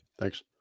Thanks